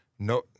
No